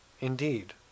Indeed